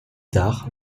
tard